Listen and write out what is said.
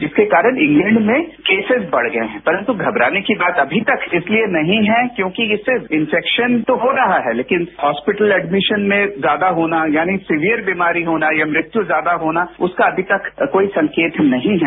इसके कारण इंग्लैंड में केसेज बढ़ गए हैं परंतु घबराने की बात अमी तक इसलिए नहीं है क्योंकि इससे इन्फैक्शन तो हो रहा है लेकिन हॉस्पिटल एडमीशन में ज्यादा होना यानी सीवियर बीमारी होना या मृत्यु ज्यादा होना उसका अभी तक कोई संकेत नहीं है